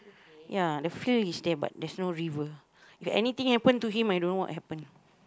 ya the field is there but there's no river if anything happen to him I don't know what happen